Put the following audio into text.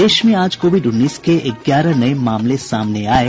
प्रदेश में आज कोविड उन्नीस के ग्यारह नये मामले सामने आये